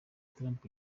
trump